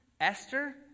Esther